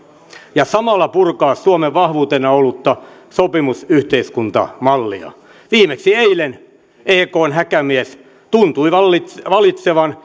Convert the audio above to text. ja samalla purkaa suomen vahvuutena ollutta sopimusyhteiskuntamallia viimeksi eilen ekn häkämies tuntui valitsevan valitsevan